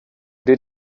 did